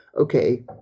okay